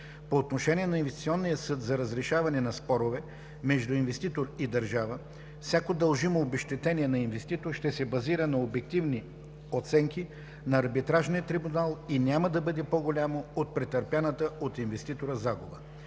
По отношение на инвестиционния съд за разрешаване на спорове между инвеститор и държава всяко дължимо обезщетение на инвеститор ще се базира на обективни оценки на арбитражния трибунал и няма да бъде по-голямо от претърпяната от инвеститора загуба.